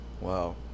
wow